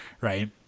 Right